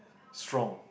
strong